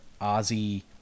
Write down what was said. Ozzy